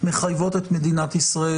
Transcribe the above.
מחייבות את מדינת ישראל,